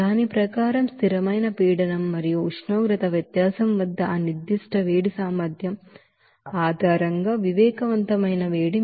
దాని ప్రకారం constant pressure మరియు ఉష్ణోగ్రత వ్యత్యాసం వద్ద ఆ స్పెసిఫిక్ హీట్ కెపాసిటీ ఆధారంగా వివేకవంతమైన వేడిమీకు తెలుసు